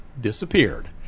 Disappeared